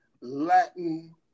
Latin